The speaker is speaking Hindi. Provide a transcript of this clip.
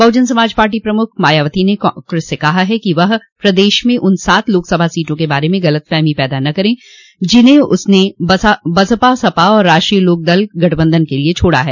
बहुजन समाज पार्टी प्रमुख मायावती ने कांग्रेस से कहा है कि वह उत्तर प्रदेश में उन सात लोकसभा सीटों के बारे में गलतफहमी पैदा न करें जिन्हें उसने बसपा सपा और राष्ट्रीय लोकदल गठबंधन के लिए छोड़ा है